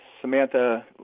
Samantha